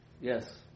yes